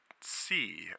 see